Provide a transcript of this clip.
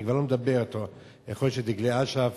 אני גם לא מדבר: יכול להיות שדגלי אש"ף,